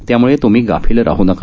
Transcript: त्यामुळे तुम्ही गाफील राह नका